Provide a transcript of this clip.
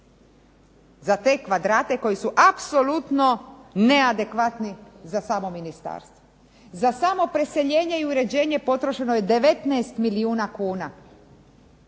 za te kvadrate koji su apsolutno neadekvatni za samo ministarstvo. Za samo preseljenje i uređenje potrošeno je 19 milijuna kuna